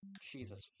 Jesus